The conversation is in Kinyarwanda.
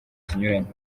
zinyuranye